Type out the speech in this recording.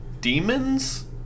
demons